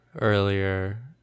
earlier